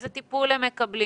איזה טיפול הם מקבלים,